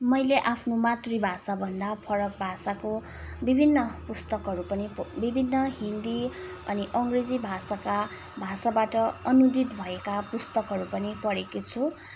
मैले आफ्नो मातृभाषाभन्दा फरक भाषाको विभिन्न पुस्तकहरू पनि विभिन्न हिन्दी अनि अङ्ग्रेजी भाषाका भाषाबाट अनुदित भएका पुस्तकहरू पनि पढेकी छु